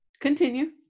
Continue